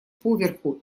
поверху